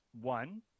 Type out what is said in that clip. one